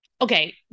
okay